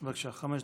בבקשה, חמש דקות.